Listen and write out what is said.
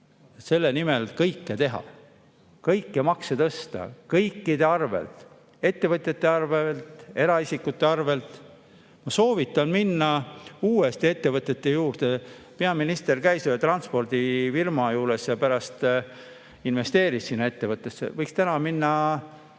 Selle nimel kõike teha, kõiki makse tõsta kõikide arvel, ettevõtjate arvel, eraisikute arvel ... Ma soovitan minna uuesti ettevõtjate juurde. Peaminister käis ühes transpordifirmas ja pärast investeeris sinna ettevõttesse. Võiks minna